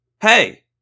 Hey